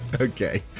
Okay